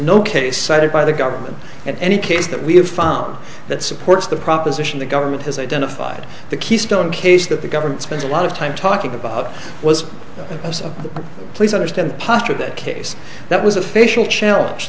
no case cited by the government in any case that we have found that supports the proposition the government has identified the keystone case that the government spends a lot of time talking about was most of the police understand the posture that case that was a facial challenge